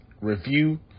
review